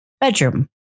bedroom